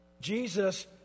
Jesus